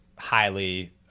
highly